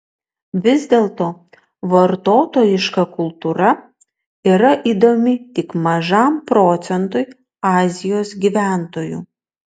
vis dėlto vartotojiška kultūra yra įdomi tik mažam procentui azijos gyventojų